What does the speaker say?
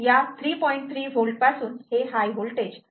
3 V पासून हे high voltage कसे जनरेट करणार आहात